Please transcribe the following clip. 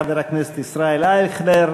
חבר הכנסת ישראל אייכלר.